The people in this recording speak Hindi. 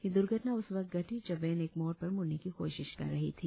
यह दुर्घटना उस वक्त घटी जब वैन एक मोड़ पर मूड़ने की कोशिश कर रही थी